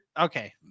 Okay